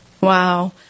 Wow